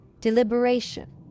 Deliberation